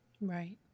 Right